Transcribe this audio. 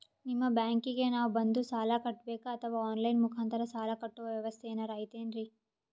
ನಿಮ್ಮ ಬ್ಯಾಂಕಿಗೆ ನಾವ ಬಂದು ಸಾಲ ಕಟ್ಟಬೇಕಾ ಅಥವಾ ಆನ್ ಲೈನ್ ಮುಖಾಂತರ ಸಾಲ ಕಟ್ಟುವ ವ್ಯೆವಸ್ಥೆ ಏನಾರ ಐತೇನ್ರಿ?